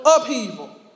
upheaval